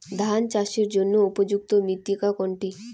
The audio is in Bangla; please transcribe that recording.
ধান চাষের জন্য উপযুক্ত মৃত্তিকা কোনটি?